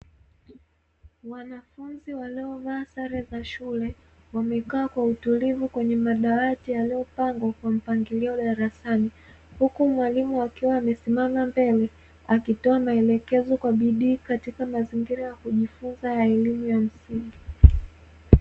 Wanafunzi waliovaa sare za shule wamekaa kwa utulivu kwenye madawati yaliyopangwa kwa mpangilio darasani, huku mwalimu akiwa amesimama mbele akitoa maelekezo kwa bidii katika mazingira ya kujifunza ya elimu ya msingi.